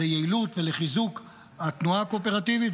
ליעילות ולחיזוק התנועה הקואופרטיבית,